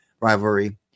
rivalry